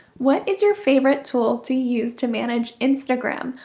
what is your favorite tool to use to manage instagram?